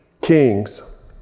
kings